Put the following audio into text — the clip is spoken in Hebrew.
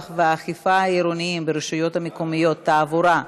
והאכיפה העירוניים ברשויות המקומיות (תעבורה)